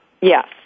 Yes